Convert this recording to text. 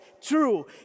true